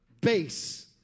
base